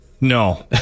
no